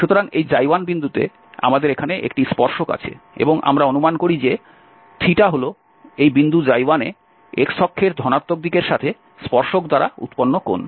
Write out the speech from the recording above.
সুতরাং এই i বিন্দুতে আমাদের এখানে একটি স্পর্শক আছে এবং আমরা অনুমান করি যে হল এই বিন্দু iতে x অক্ষের ধনাত্মক দিকের সাথে স্পর্শক দ্বারা উৎপন্ন কোণ